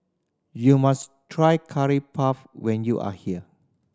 you must try Curry Puff when you are here